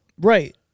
Right